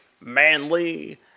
manly